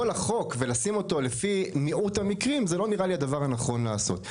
החוק ולשים אותו לפי מיעוט המקרים זה לא נראה לי כדבר שנכון לעשות.